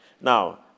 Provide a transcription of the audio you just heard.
Now